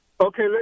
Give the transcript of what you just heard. Okay